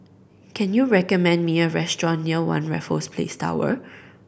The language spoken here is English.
can you recommend me a restaurant near One Raffles Place Tower